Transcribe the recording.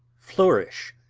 flourish.